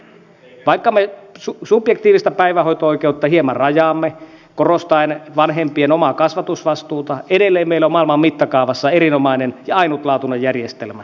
vaikka me subjektiivista päivähoito oikeutta hieman rajaamme korostaen vanhempien omaa kasvatusvastuuta edelleen meillä on maailman mittakaavassa erinomainen ja ainutlaatuinen järjestelmä